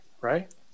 right